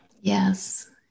yes